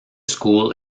school